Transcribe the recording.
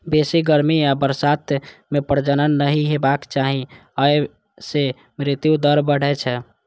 बेसी गर्मी आ बरसात मे प्रजनन नहि हेबाक चाही, अय सं मृत्यु दर बढ़ै छै